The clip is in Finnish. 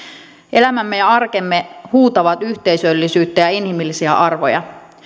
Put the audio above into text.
elämämme ja arkemme huutavat yhteisöllisyyttä ja inhimillisiä arvoja